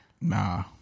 Nah